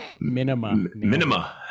Minima